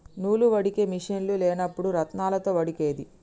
నూలు వడికే మిషిన్లు లేనప్పుడు రాత్నాలతో వడికేది